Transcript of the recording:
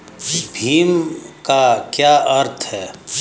भीम का क्या अर्थ है?